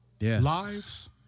lives